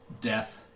death